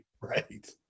Right